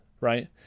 right